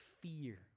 fear